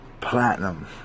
platinum